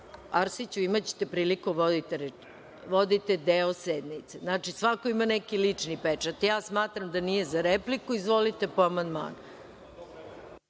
imaćete priliku da vodite deo sednice. Znači, svako ima neki lični pečat, ja smatram da nije za repliku. Izvolite, po amandmanu.